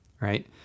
right